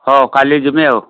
ହେଉ କାଲି ଯିବି ଆଉ